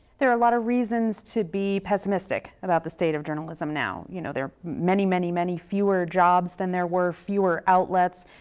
there are a lot of reasons to be pessimistic about the state of journalism now, you know, there are many, many, fewer jobs than there were, fewer outlets.